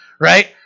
Right